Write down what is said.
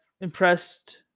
impressed